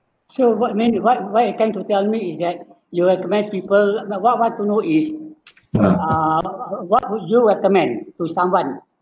so what mean you what why you trying to tell me is that you recommend people what what to know is uh what would you recommend to someone